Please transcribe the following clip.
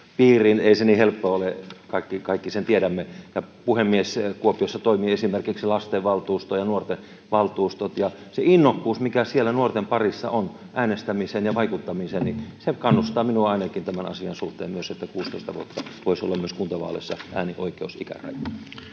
Ei se niin helppoa ole, kaikki sen tiedämme. Puhemies! Kuopiossa toimii esimerkiksi lasten valtuusto ja nuorten valtuusto. Se innokkuus, mikä siellä nuorten parissa on äänestämiseen ja vaikuttamiseen, kannustaa minua ainakin tämän asian suhteen myös, että 16 vuotta voisi olla myös kuntavaaleissa äänioikeusikäraja.